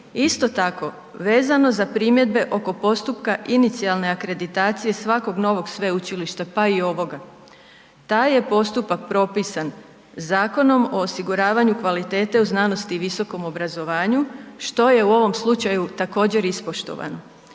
Isto tako, vezano za primjedbe oko postupka inicijalne akreditacije svakog novog sveučilišta pa i ovoga, taj je postupak propisan Zakonom o osiguravanju kvalitete u znanosti i visokom obrazovanju što je u ovom slučaju također ispoštovano.